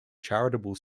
charitable